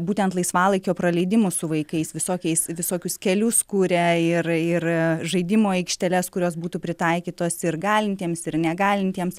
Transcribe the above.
būtent laisvalaikio praleidimu su vaikais visokiais visokius kelius kūria ir ir žaidimų aikšteles kurios būtų pritaikytos ir galintiems ir negalintiems